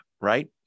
right